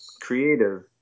creative